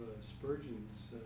Spurgeon's